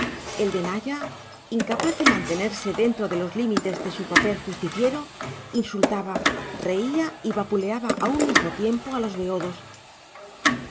el de naya incapaz de mantenerse dentro de los límites de su papel justiciero insultaba reía y vapuleaba a un mismo tiempo a los beodos